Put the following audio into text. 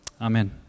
Amen